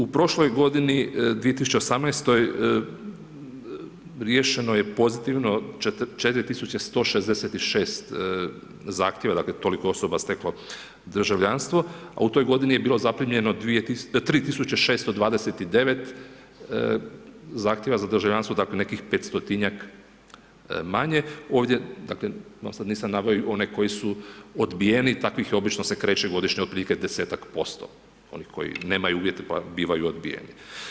U prošloj godini 2018. riješeno je pozitivno 4166 zahtjeva, dakle toliko osoba je steklo državljanstvo a u to godini je bilo zaprimljeno 3629 zahtjeva za državljanstvom, dakle nekih 500 manje, ovdje, dakle nisam sad naveo i one koji su odbijeni, takvih je obično se kreće godišnje otprilike 10-ak posto, onih koji nemaju uvjete pa bivaju odbijeni.